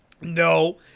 No